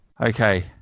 Okay